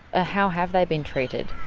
ah how have they been treated?